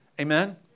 Amen